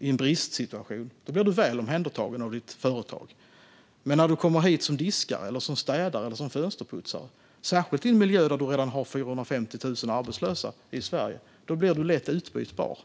i en bristsituation. Då blir du väl omhändertagen av ditt företag. Men när du kommer hit som diskare, städare eller fönsterputsare - särskilt i en miljö där det redan finns 450 000 arbetslösa, som i Sverige - blir du lätt utbytbar.